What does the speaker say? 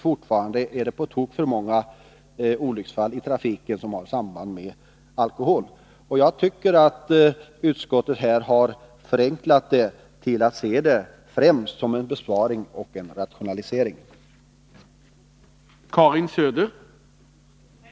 Fortfarande är det alldeles för många olycksfall i trafiken som har samband med alkohol. Jag tycker att utskottet här, genom Nr 49 att främst se förslaget som en besparing och en rationalisering, har förenklat — Tisdagen den